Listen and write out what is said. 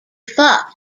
fought